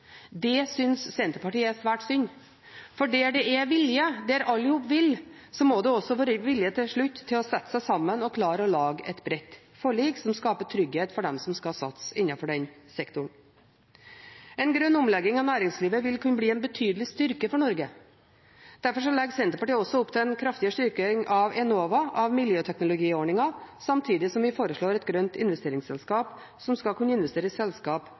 Det syns Senterpartiet er svært synd, for der det er vilje, der alle vil, må det jo også være vilje til slutt til å sette seg sammen og klare å lage et bredt forlik som skaper trygghet for dem som skal satse innenfor denne sektoren. En grønn omlegging av næringslivet vil kunne bli en betydelig styrke for Norge. Derfor legger Senterpartiet også opp til en kraftig styrking av Enova, av miljøteknologiordninger, samtidig som vi foreslår et grønt investeringsselskap som skal kunne investere i selskap